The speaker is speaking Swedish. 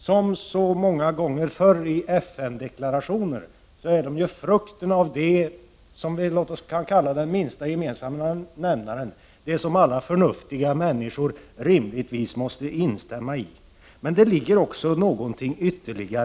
Som så många gånger förr i FN-deklarationer rör det sig här om frukten av det som vi skulle kunna kalla den minsta gemensamma nämnaren, det som alla förnuftiga människor rimligtvis måste instämma i. Men det ligger ytterligare någonting i detta.